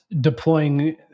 deploying